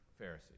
Pharisee